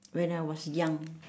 when I was young